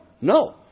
No